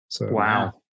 Wow